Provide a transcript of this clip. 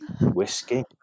Whiskey